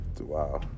wow